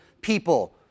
people